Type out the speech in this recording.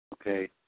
Okay